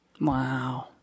Wow